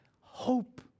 hope